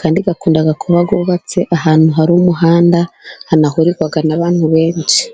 kandi akunda kuba yubatse ahantu har'umuhanda, hanahurirwa n'abantu benshi.